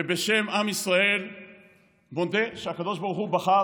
ובשם עם ישראל מודה שהקדוש ברוך הוא בחר